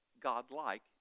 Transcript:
God-like